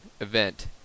event